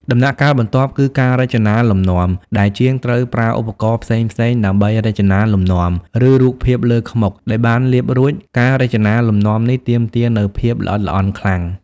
ដំណាក់កាលបន្ទាប់គឺ ការរចនាលំនាំ ដែលជាងត្រូវប្រើឧបករណ៍ផ្សេងៗដើម្បីរចនាលំនាំ ឬរូបភាពលើខ្មុកដែលបានលាបរួច ការរចនាលំនាំនេះទាមទារនូវភាពល្អិតល្អន់ខ្លាំង ។